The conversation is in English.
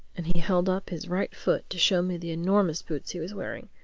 and he held up his right foot to show me the enormous boots he was wearing.